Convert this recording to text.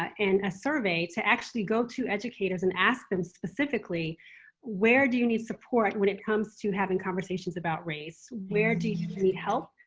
and a survey to actually go to educators and ask them specifically where do you need support when it comes to having conversations about race. where do you need help?